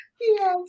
yes